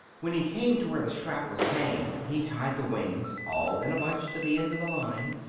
when he came to where the strap was hanging he tied the wings all in a bunch to the end of the line,